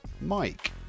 Mike